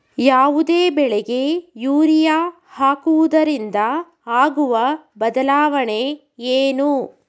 ಯಾವುದೇ ಬೆಳೆಗೆ ಯೂರಿಯಾ ಹಾಕುವುದರಿಂದ ಆಗುವ ಬದಲಾವಣೆ ಏನು?